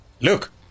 Look